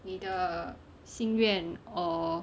你的心愿 or